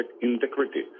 integrity